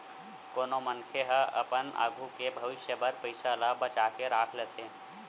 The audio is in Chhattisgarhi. कोनो मनखे ह अपन आघू के भविस्य बर पइसा ल बचा के राख लेथे